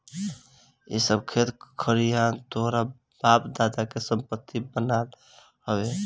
इ सब खेत खरिहान तोहरा बाप दादा के संपत्ति बनाल हवे